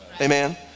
amen